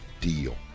deal